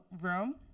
room